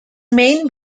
main